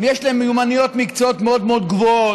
יש להם מיומנויות מקצועיות מאוד מאוד גבוהות,